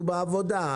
הוא בעבודה.